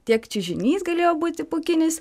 tiek čiužinys galėjo būti pūkinis